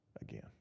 again